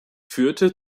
führte